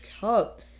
Cup